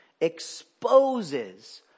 exposes